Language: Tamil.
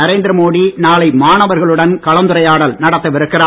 நரேந்திர மோடி நாளை மாணவர்களுடன் கலந்துரையாடல் நடத்தவிருக்கிறார்